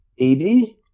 80